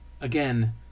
again